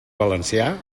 valencià